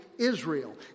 Israel